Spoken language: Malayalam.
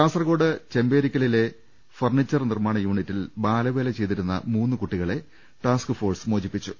കാസർകോട് ചെമ്പേരിക്കലിലെ ഫർണിച്ചർ നിർമാണ യൂണിറ്റിൽ ബാലവേല ചെയ്തിരുന്ന മൂന്ന് കുട്ടികളെ ടാസ്ക് ഫോഴ്സ് മോചിപ്പി ച്ചു